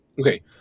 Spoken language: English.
Okay